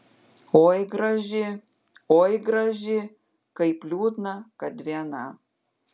oi graži oi graži kaip liūdna kad viena